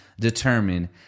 determine